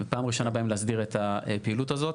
ופעם ראשונה באים להסדיר את הפעילות הזאת.